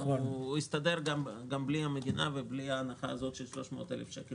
הוא יסתדר גם בלי המדינה ובלי ההנחה הזאת של 300,000 שקל.